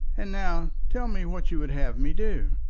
and now tell me what you would have me do.